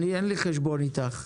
אין לי חשבון אתך.